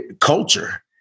culture